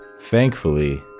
thankfully